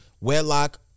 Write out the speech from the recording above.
wedlock